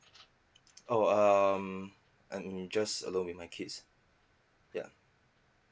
alright um I'm just alone with my kids ya